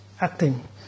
acting